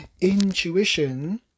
Intuition